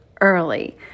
early